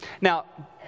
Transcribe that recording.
Now